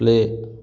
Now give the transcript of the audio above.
play